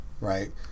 right